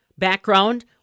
background